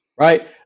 right